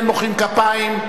אין מוחאים כפיים.